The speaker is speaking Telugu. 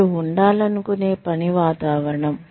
మీరు ఉండాలనుకునే పని వాతావరణం